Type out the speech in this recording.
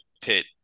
pit